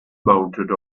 mounted